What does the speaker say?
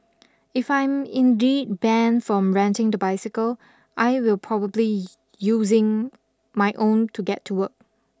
if I'm indeed banned from renting the bicycle I will probably using my own to get to work